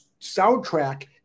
soundtrack